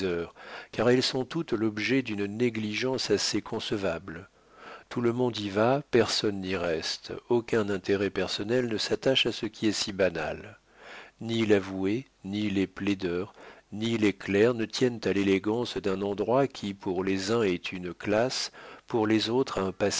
car elles sont toutes l'objet d'une négligence assez concevable tout le monde y va personne n'y reste aucun intérêt personnel ne s'attache à ce qui est si banal ni l'avoué ni les plaideurs ni les clercs ne tiennent à l'élégance d'un endroit qui pour les uns est une classe pour les autres